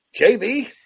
JB